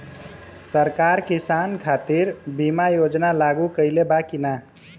सरकार किसान खातिर बीमा योजना लागू कईले बा की ना?